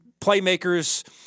playmakers –